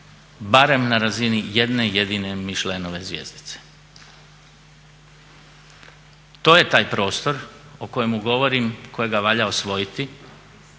barem na razini jedne jedine Michelineove zvjezdice? To je taj prostor o kojemu govorim, kojega valja osvojiti.